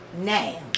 now